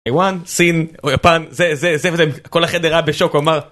-יוואן, סין, או יפן, זה, זה, זה וזה, כל החדר היה בשוק, הוא אמר...